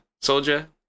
Soldier